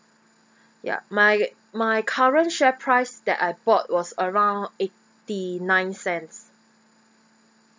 ya my my current share price that I bought was around eighty nine cents